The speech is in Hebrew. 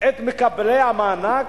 את מקבלי המענק,